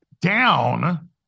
down